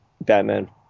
batman